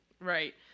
Right